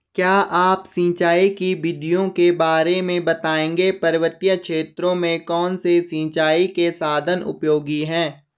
क्या आप सिंचाई की विधियों के बारे में बताएंगे पर्वतीय क्षेत्रों में कौन से सिंचाई के साधन उपयोगी हैं?